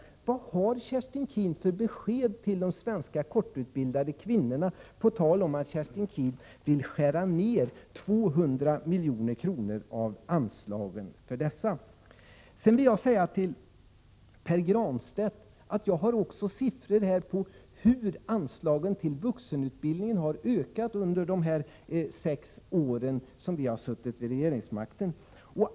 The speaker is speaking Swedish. Vilket besked kan Kerstin Keen ge de svenska kortutbildade kvinnorna? Kerstin Keen vill ju skära ned anslagen med 200 milj.kr. i detta sammanhang. Sedan till Pär Granstedt. Jag har också siffror som visar hur anslagen till vuxenutbildningen har ökat under de sex år som vi har haft regeringsmakten.